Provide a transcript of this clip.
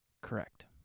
Correct